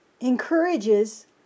encourages